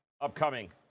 upcoming